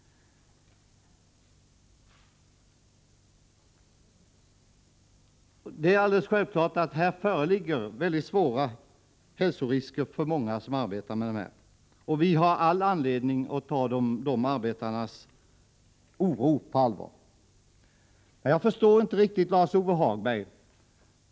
Det är alldeles självklart att det föreligger stora hälsorisker för många som arbetar med asbest. Vi har all anledning att ta dessa arbetares oro på allvar. Men jag förstår inte riktigt Lars-Ove Hagberg.